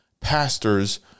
pastors